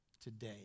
today